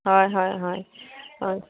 হয় হয় হয় হয়